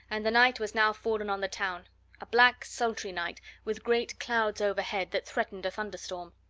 and the night was now fallen on the town a black, sultry night, with great clouds overhead that threatened a thunderstorm.